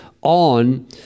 on